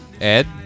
Ed